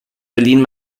berlin